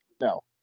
No